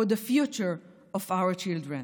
for the future of our children.